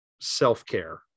self-care